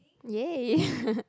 !yay!